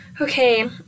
okay